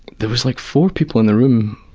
there was like four people in the room.